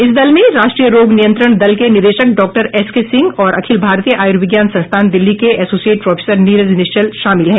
इस दल में राष्ट्रीय रोग नियंत्रण दल के निदेशक डॉक्टर एस के सिंह और अखिल भारतीय आयुर्विज्ञान संस्थान दिल्ली के ऐसोसिएट प्रोफेसर नीरज निश्चल शामिल हैं